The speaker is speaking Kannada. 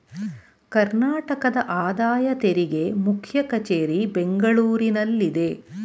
ಕರ್ನಾಟಕದ ಆದಾಯ ತೆರಿಗೆ ಮುಖ್ಯ ಕಚೇರಿ ಬೆಂಗಳೂರಿನಲ್ಲಿದೆ